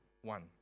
one